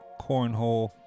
cornhole